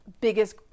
biggest